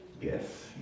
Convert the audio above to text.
yes